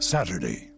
Saturday